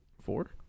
four